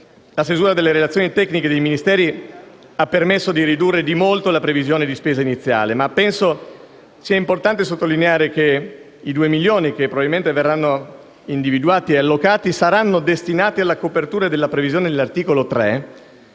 La stesura delle relazioni tecniche dei Ministeri ha permesso di ridurre di molto la previsione di spesa iniziale, ma penso sia importante sottolineare che i 2 milioni di euro, che probabilmente verranno individuati e allocati, saranno destinati alla copertura della previsione dell'articolo 3